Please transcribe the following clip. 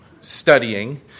studying